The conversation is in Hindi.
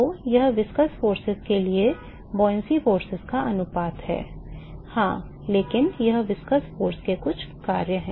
तो यह viscous forces के लिए उत्प्लावकता बलों का अनुपात है हाँ लेकिन यह viscous force के कुछ कार्य हैं